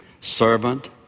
Servant